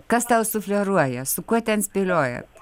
kas tau sufleruoja su kuo ten spėliojat